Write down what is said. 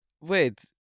Wait